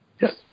Yes